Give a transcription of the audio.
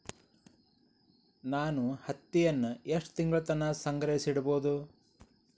ನಾನು ಹತ್ತಿಯನ್ನ ಎಷ್ಟು ತಿಂಗಳತನ ಸಂಗ್ರಹಿಸಿಡಬಹುದು?